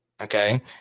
Okay